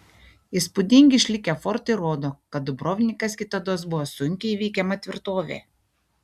įspūdingi išlikę fortai rodo kad dubrovnikas kitados buvo sunkiai įveikiama tvirtovė